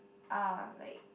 are like